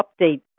update